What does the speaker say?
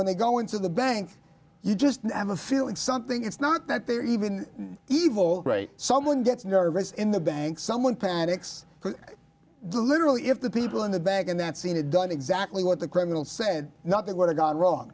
when they go into the bank you just have a feeling something it's not that they're even evil someone gets nervous in the bank someone panics literally if the people in the bank and that seen it done exactly what the criminal said nothing would have gone